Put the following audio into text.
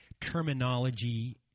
terminology